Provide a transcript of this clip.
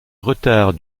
retard